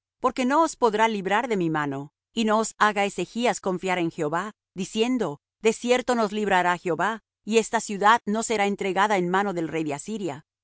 porque no os podrá librar de mi mano y no os haga ezechas confiar en jehová diciendo de cierto nos librará jehová y esta ciudad no será entregada en mano del rey de asiria